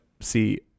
see